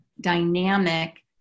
dynamic